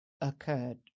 occurred